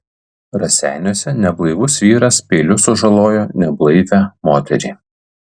raseiniuose neblaivus vyras peiliu sužalojo neblaivią moterį